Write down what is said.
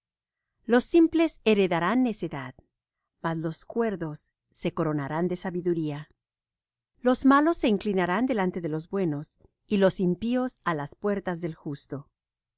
los simples heredarán necedad mas los cuerdos se coronarán de sabiduría los malos se inclinarán delante de los buenos y los impíos á las puertas del justo